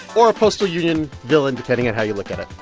or a postal union villain, depending on how you look at it.